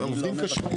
הם עובדים קשה.